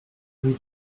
rue